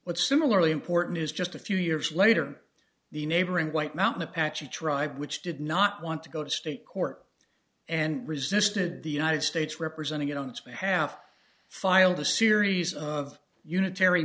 what similarly important is just a few years later the neighboring white mountain apache tribe which did not want to go to state court and resisted the united states representing it on its behalf filed a series of unit